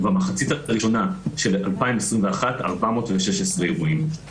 ובמחצית הראשונה של 2021 היו 416 אירועים.